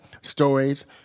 stories